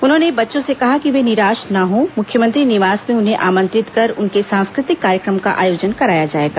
उन्होंने बच्चों से कहा कि वे निराश न हो मुख्यमंत्री निवास में उन्हें आमंत्रित कर उनके सांस्कृतिक कार्यक्रम का आयोजन कराया जाएगा